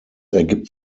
ergibt